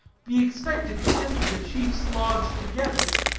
be expected to enter the chief's lodge together.